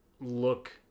look